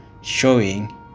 showing